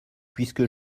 puisque